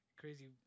crazy